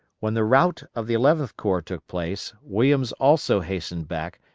when the rout of the eleventh corps took place, williams also hastened back,